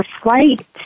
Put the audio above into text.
flight